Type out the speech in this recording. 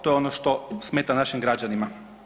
To je ono što smeta našim građanima.